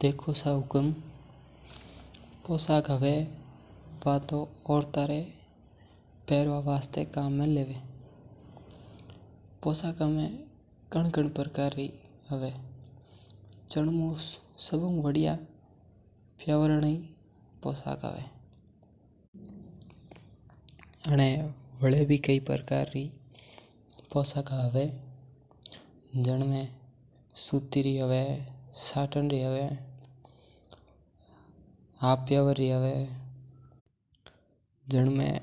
देखो सा हुक्म पोशाक हवे जीकी औरता रे पेरवा में काम आवे पोशाका भी कंम कां प्रकार री हवे। जैसे कि सूती री हवे प्यावर री हवे हाफ़ प्यावर री हवे सटेन री हवे। सब हुं वडिया प्यावर री पोशाक हवे और लुगाईया आनने